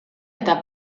eta